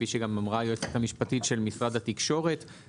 כפי שאמרה היועצת המשפטית של משרד התקשורת,